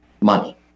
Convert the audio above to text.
money